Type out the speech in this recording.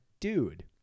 dude